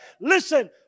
listen